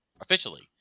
officially